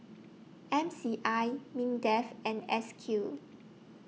M C I Mindef and S Q